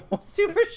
super